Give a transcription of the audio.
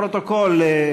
לפרוטוקול,